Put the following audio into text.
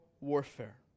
warfare